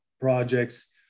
projects